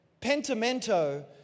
Pentimento